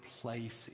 place